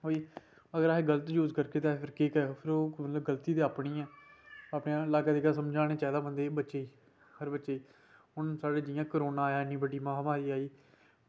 होर अस गलत यूज़ करगे ते फ्ही केह् ओह् गलती साढ़ी अपनी गै अपने लागै दिगै समझाना चाहिदा अपने बच्चें गी हर बच्चे गी हून साढ़े जियां कोरोना आया बड्डी महामारी आई